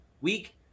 Week